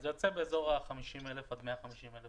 זה יוצא באזור ה-50,000 עד 150,000